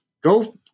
Go